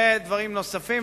ודברים נוספים.